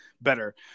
better